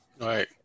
Right